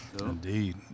Indeed